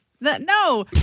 No